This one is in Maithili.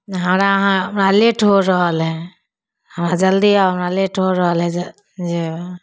हमरा अहाँ लेट हो रहल हइ हमरा जल्दी आउ हमरा लेट हो रहल हइ जे जेबै